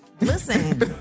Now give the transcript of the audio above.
Listen